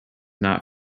not